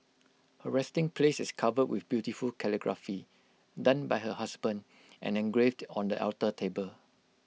her resting place is covered with beautiful calligraphy done by her husband and engraved on the alter table